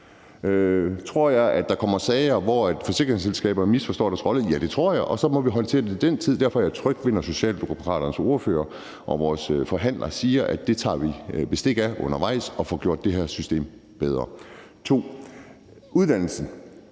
Tror jeg, at der kommer sager, hvor forsikringsselskaberne misforstår deres rolle? Ja, det tror jeg. Så må vi håndtere det til den tid. Derfor er jeg tryg ved det, når Socialdemokraternes ordfører og vores forhandler siger, at vi tager bestik af det undervejs og får gjort det her system bedre. Det andet